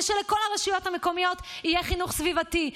שלכל הרשויות המקומיות יהיה חינוך סביבתי,